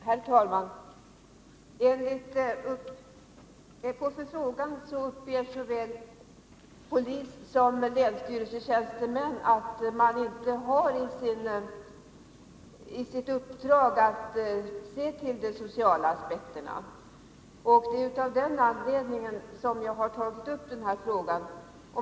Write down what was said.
Herr talman! På förfrågan uppger såväl polissom länsstyrelsetjänstemän att de inte har att se till de sociala aspekterna. Det är av den anledningen som jag har tagit upp den här frågan.